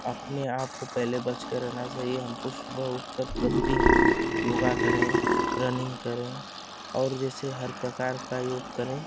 अपने आपको पहले बच कर रहना चाहिए हमको सुबह उठकर प्रतिदिन योग करें रनिंग करें और जैसे हर प्रकार का योग करें